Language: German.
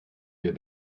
wir